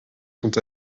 sont